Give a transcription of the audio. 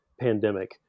pandemic